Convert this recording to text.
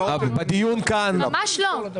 --- ממש לא.